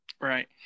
right